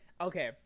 okay